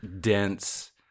dense